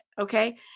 okay